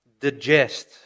digest